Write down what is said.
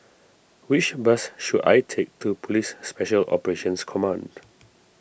which bus should I take to Police Special Operations Command